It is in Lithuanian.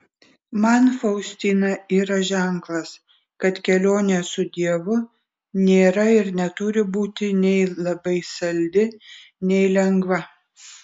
man faustina yra ženklas kad kelionė su dievu nėra ir neturi būti nei labai saldi nei lengva